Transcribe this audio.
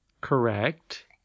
correct